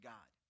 God